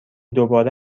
دوباره